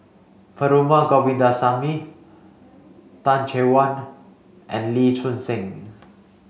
Perumal Govindaswamy Tan Chay Yan and Lee Choon Seng